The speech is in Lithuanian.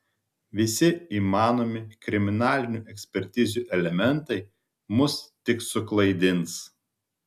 visi įmanomi kriminalinių ekspertizių elementai mus tik suklaidins